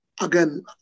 again